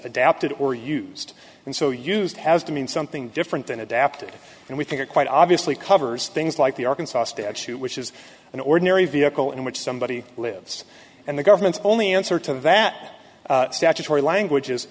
adapted or used and so used has to mean something different than adapted and we think it quite obviously covers things like the arkansas statute which is an ordinary vehicle in which somebody lives and the government's only answer to that statutory language